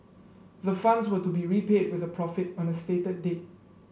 the funds were to be repaid with a profit on a stated date